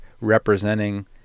representing